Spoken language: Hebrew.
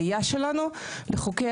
צריכים להבין שהעלייה היום לישראל מתחלקת